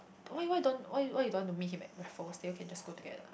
why why don't why you why you don't want to meet him at Raffles then you all can just go together